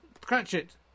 Cratchit